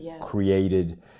created